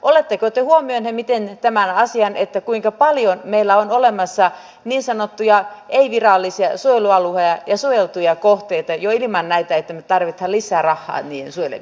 miten te olette huomioinut sen kuinka paljon meillä on olemassa niin sanottuja ei virallisia suojelualueita ja suojeltuja kohteita jo ilman että nyt tarvittaisiin lisää rahaa niiden suojelemiseksi